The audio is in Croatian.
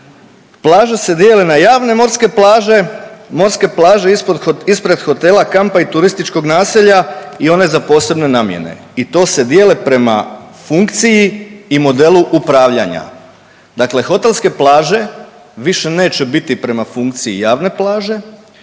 plaže se dijele na javne morske plaže, morske plaže ispod, ispred hotela, kampa i turističkog naselja i one za posebne namjene. I to se dijele prema funkciji i modelu upravljanja. Dakle, hotelske plaže više neće biti prema funkciji javne plaže